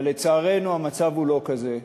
אבל לצערנו המצב לא כזה.